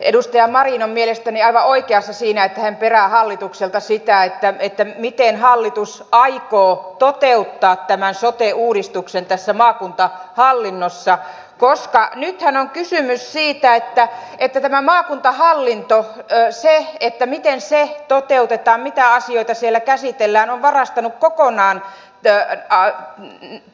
edustaja marin on mielestäni aivan oikeassa siinä että hän perää hallitukselta sitä miten hallitus aikoo toteuttaa tämän sote uudistuksen tässä maakuntahallinnossa koska nythän on kysymys siitä että se miten tämä maakuntahallinto toteutetaan ja mitä asioita siellä käsitellään on varastanut kokonaan